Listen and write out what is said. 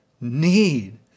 need